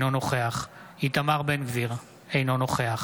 אינו נוכח